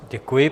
Děkuji.